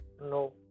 No